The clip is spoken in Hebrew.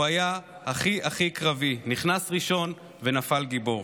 הוא היה הכי קרבי, נכנס ראשון ונפל גיבור.